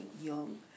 young